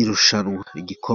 irushanwa. Igikombe.